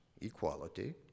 equality